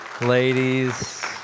ladies